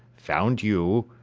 found you,